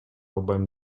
албайм